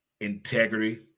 integrity